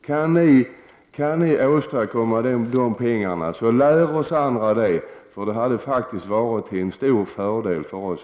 Kan ni åstadkomma de pengarna — lär då oss andra det, för det skulle faktiskt vara till stor fördel för oss!